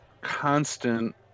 constant